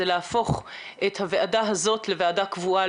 הוא להפוך את הוועדה הזאת לוועדה קבועה.